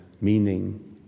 meaning